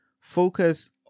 focus